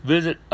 Visit